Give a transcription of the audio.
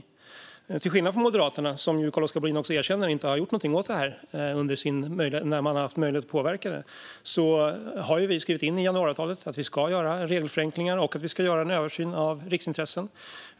Till skillnad från Moderaterna, som Carl-Oskar Bohlin också erkänner inte har gjort någonting åt detta när de har haft möjlighet att påverka detta, har vi skrivit in i januariavtalet att vi ska göra regelförenklingar och att vi ska göra en översyn av riksintressen.